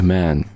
Man